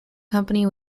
company